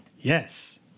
yes